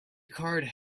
card